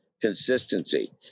Consistency